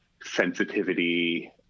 sensitivity